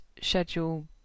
schedule